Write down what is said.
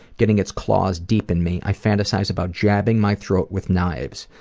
getting its claws deep in me, i fantasize about jabbing my throat with knives.